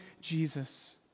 Jesus